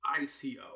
ICO